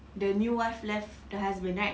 the new wife left the husband right